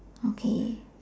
okay